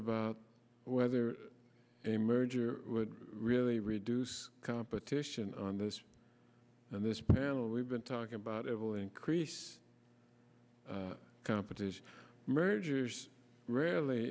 about whether a merger would really reduce competition on this and this panel we've been talking about eval increase competition mergers rarely